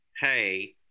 hey